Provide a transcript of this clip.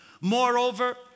Moreover